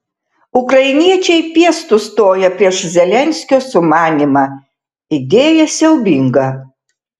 ukrainiečiai piestu stoja prieš zelenskio sumanymą idėja siaubinga